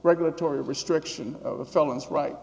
regulatory restriction of felons right